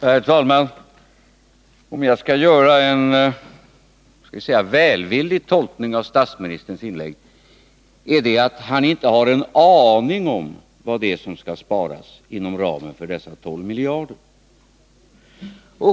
Herr talman! Om jag skulle göra en välvillig tolkning av statsministerns inlägg skulle jag vilja säga att han inte har en aning om vad det är som skall sparas inom ramen för dessa 12 miljarder.